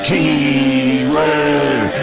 Keyword